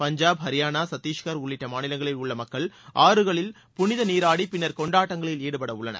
பஞ்சாப் ஹரியானா சத்தீஸ்கர் உள்ளிட்ட மாநிலங்களில் உள்ள மக்கள் ஆறுகளில் புனிதநீராடி பின்னர் கொண்டாட்டங்களில் ஈடுபடவுள்ளனர்